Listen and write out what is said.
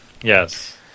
yes